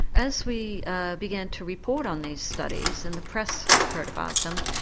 as we began to report on these studies and the press heard about them,